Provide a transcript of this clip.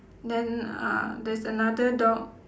then uh there's another dog